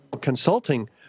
consulting